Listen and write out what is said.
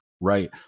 right